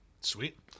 Sweet